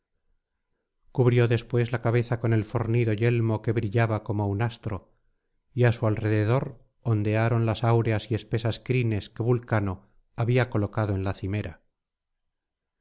cubrió después la cabeza con el fornido yelmo que brillaba como un astro y á su alrededor ondearon las áureas y espesas crines que vulcano había colocado en la cimera